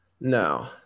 No